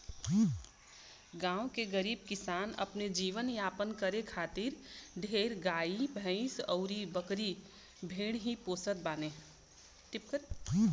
गांव के गरीब किसान अपन जीवन यापन करे खातिर ढेर गाई भैस अउरी बकरी भेड़ ही पोसत बाने